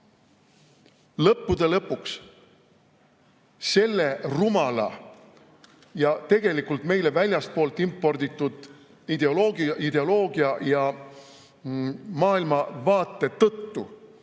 Lõppude lõpuks selle rumala ja tegelikult meile väljastpoolt imporditud ideoloogia ja maailmavaate tõttu,